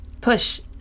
push